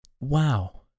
Wow